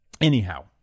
anyhow